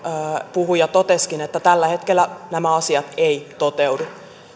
puhuja totesikin että tällä hetkellä nämä asiat eivät toteudu